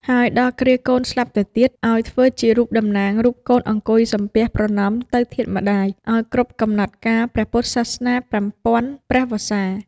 ហើយដល់គ្រាកូនស្លាប់ទៅទៀត ឱ្យធ្វើជារូបតំណាងរូបកូនអង្គុយសំពះប្រណម្យទៅធាតុម្តាយ ឱ្យគ្រប់កំណត់កាលព្រះពុទ្ធសាសនាប្រាំពាន់ព្រះវស្សា។